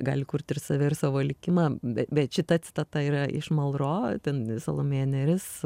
gali kurti ir save ir savo likimą be bet šita citata yra iš malro ten salomėja nėris